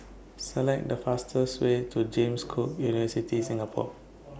Select The fastest Way to James Cook University Singapore